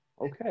okay